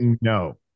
No